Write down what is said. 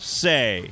say